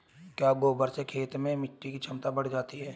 क्या गोबर से खेत में मिटी की क्षमता बढ़ जाती है?